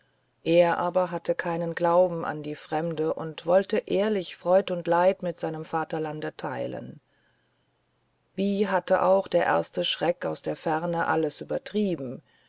er aber hatte keinen glauben an die fremde und wollte ehrlich freud und leid mit seinem vaterlande teilen wie hatte auch der erste schreck aus der ferne alles übertrieben